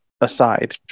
Aside